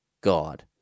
God